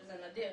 שזה נדיר,